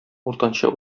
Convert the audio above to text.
уртанчы